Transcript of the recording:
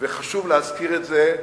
חשוב להזכיר את זה,